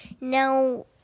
now